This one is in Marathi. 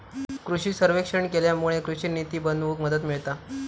कृषि सर्वेक्षण केल्यामुळे कृषि निती बनवूक मदत मिळता